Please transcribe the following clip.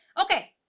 okay